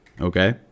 okay